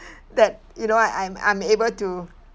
that you know I I'm I'm able to